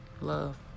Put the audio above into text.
Love